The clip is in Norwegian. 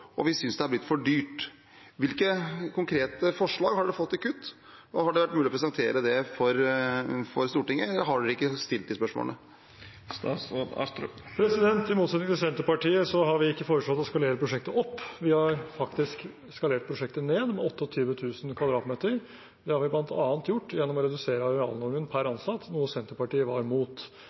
og vi synes det har blitt for dyrt. Hvilke konkrete forslag til kutt har man fått, og hadde det vært mulig å presentere det for Stortinget, eller har man ikke stilt de spørsmålene? I motsetning til Senterpartiet har vi ikke foreslått å skalere prosjektet opp, vi har faktisk skalert prosjektet ned med 28 000 kvadratmeter. Det har vi bl.a. gjort gjennom å redusere arealnormen per ansatt, noe Senterpartiet var